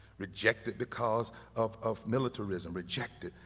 rejected because of of militarism, rejected,